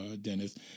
Dennis